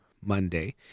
Monday